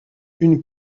une